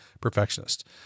perfectionist